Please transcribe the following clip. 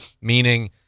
meaning